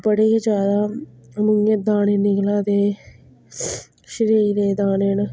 बड़े गै ज्यादा मूहें दाने निकला दे शरीरै दाने न